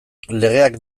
legeak